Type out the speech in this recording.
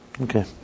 Okay